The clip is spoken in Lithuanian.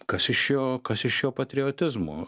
kas iš jo kas iš jo patriotizmo